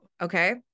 Okay